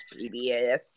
PBS